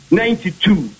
ninety-two